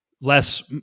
less